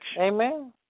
Amen